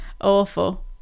Awful